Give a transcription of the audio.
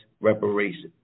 reparations